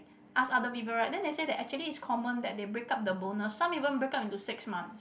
ask other people right then they say that actually it's common that they break up the bonus some even break up into six months